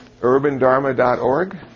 urbandharma.org